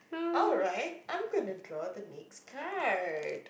alright I'm going to draw the next card